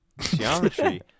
Geometry